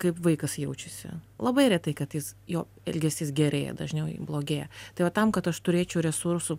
kaip vaikas jaučiasi labai retai kad jis jo elgesys gerėja dažniau blogėja tai va tam kad aš turėčiau resursų